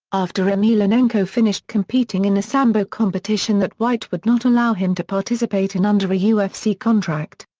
after emelianenko finished competing in a sambo competition that white would not allow him to participate in under a ufc contract.